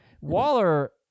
Waller